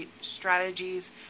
strategies